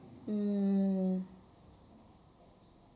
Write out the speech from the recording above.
mm